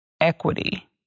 equity